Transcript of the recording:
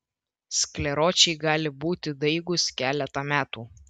skleročiai gali būti daigūs keletą metų